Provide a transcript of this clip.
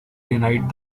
denied